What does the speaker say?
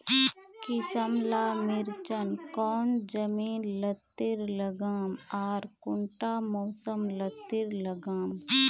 किसम ला मिर्चन कौन जमीन लात्तिर लगाम आर कुंटा मौसम लात्तिर लगाम?